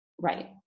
Right